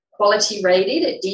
qualityrated